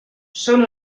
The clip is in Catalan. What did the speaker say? són